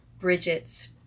Bridget's